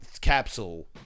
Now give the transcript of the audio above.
Capsule